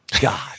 God